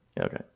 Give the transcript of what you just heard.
okay